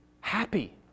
happy